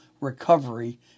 recovery